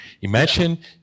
Imagine